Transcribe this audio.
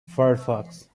firefox